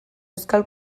euskal